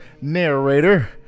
Narrator